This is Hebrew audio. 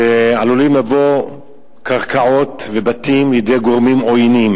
שעלולים לבוא קרקעות ובתים לידי גורמים עוינים.